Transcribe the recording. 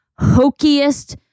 hokiest